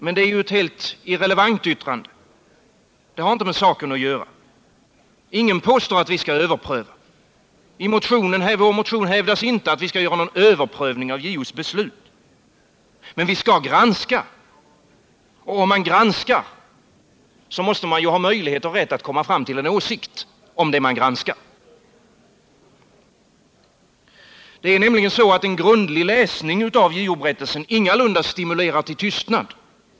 Men det är ett helt irrelevant yttrande. Det har inte med saken att göra. Ingen påstår att vi skall överpröva JO:s beslut. Men vi skall granska. Och om man granskar måste man ju ha möjlighet och rätt att komma fram till en åsikt om det som man granskar. En grundlig läsning av JO-berättelsen stimulerar inte till tystnad.